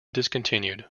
discontinued